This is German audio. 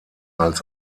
als